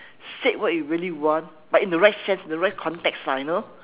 said what you really want but in the right sense in the right context lah you know